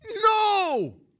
No